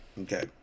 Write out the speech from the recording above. Okay